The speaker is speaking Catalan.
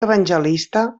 evangelista